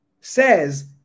Says